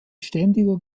ständiger